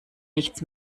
nichts